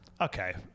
okay